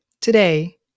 Today